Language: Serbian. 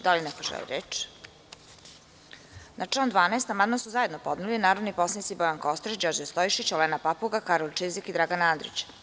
Da li ne ko želi reč? (Ne.) Na član 12. amandman su zajedno podneli narodni poslanici Bojan Kostreš, Đorđe Stojšić, Olena Papuga, Karolj Čizik, Dragan Andrić.